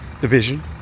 division